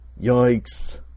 Yikes